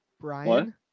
Brian